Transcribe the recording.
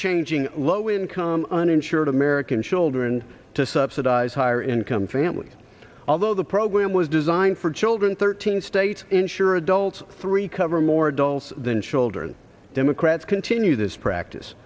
changing low income uninsured american children to subsidize higher income families although the program was designed for children thirteen states insure a doll's three cover more adults than children democrats continue this practice